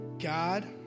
God